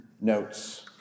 notes